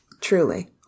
Truly